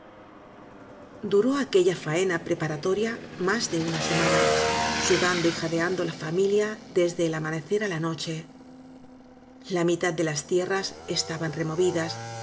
duró aquella faena preparatoria más de una semana sudando y jadeando la familia desde el amanecer á la noche la mitad de las tierras estaban removidas